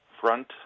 Front